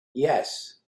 yes